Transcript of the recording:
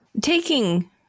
Taking